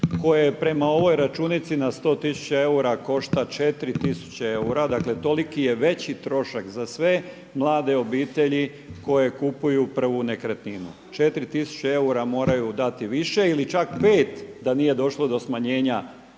je prema ovoj računici na 100 tisuća eura košta 4 tisuće eura, dakle toliki je veći trošak za sve mlade obitelji koje kupuju prvu nekretninu. 4 tisuće eura moraju dati više ili čak 5 da nije došlo do smanjenja